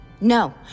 No